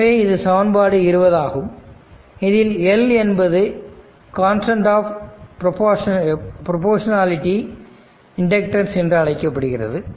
எனவே இது சமன்பாடு 20 ஆகும் இதில் L என்பது கான்ஸ்டன்ட் ஆஃப் ப்ரொபோர்சனலிடி இண்டக்டன்ஸ் என்று அழைக்கப்படுகிறது